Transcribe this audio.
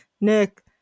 nick